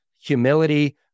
humility